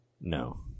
No